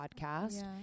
podcast